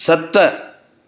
सत